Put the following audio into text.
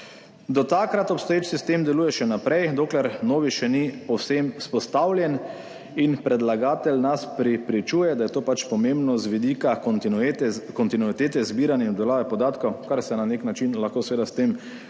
Do takrat obstoječ sistem deluje še naprej, dokler novi še ni povsem vzpostavljen in predlagatelj nas prepričuje, da je to pomembno z vidika kontinuitete zbiranja in obdelave podatkov, kar se na nek način lahko seveda